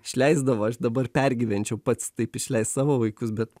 išleisdavo aš dabar pergyvenčiau pats taip išleist savo vaikus bet